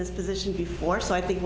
this position before so i think